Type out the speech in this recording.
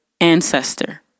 ancestor